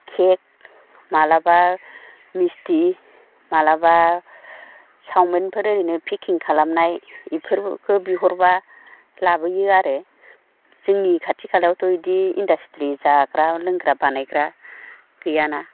cake मालाबा मिस्टि मालाबा चाउमिनफोर ओरैनो पेकिं खालामनाय बेफोरखौ बिहरबा लाबोयो आरो जोंनि खाथि खालायावथ' बिदि इन्दास्ट्रि जाग्रा लोंग्रा बानायग्रा गैयाना